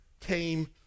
came